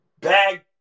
bag